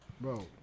Bro